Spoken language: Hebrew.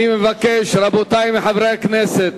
רבותי, אני מבקש מחברי הכנסת,